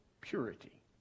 purity